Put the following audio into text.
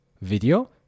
video